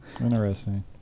Interesting